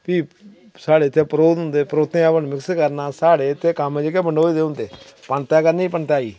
फ्ही साढ़े इत्थै परोह्त होंदे परोह्तें हवन मिक्स करना साढ़े इत्थें कम्म जेह्के बंडोये दे होंदे पंतै करनी पंतेआई